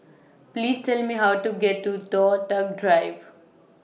Please Tell Me How to get to Toh Tuck Drive